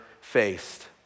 faced